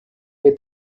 with